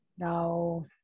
Now